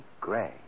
Gray